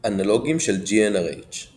אנלוגים של GnrH –